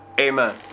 Amen